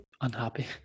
Unhappy